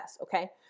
Okay